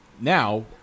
now